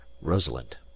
rosalind